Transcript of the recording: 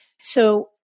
So-